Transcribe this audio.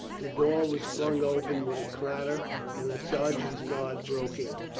the door was flung open with a clatter and a sergeant's guard broke in.